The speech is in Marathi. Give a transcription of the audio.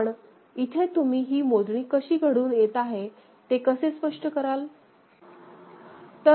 पण इथे तुम्ही ही मोजणी कशी घडून येत आहे ते कसे स्पष्ट कराल